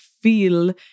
feel